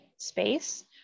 space